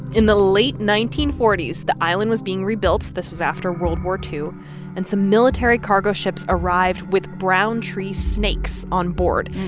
in the late nineteen forty s, the island was being rebuilt this was after world war ii and some military cargo ships arrived with brown tree snakes on board.